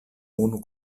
unu